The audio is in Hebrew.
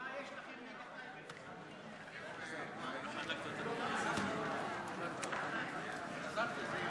חד"ש רע"ם-תע"ל בל"ד להביע אי-אמון בממשלה לא נתקבלה.